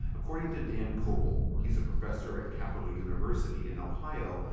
according to dan kobil. he's a professor at capital university in ohio,